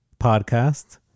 podcast